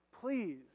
please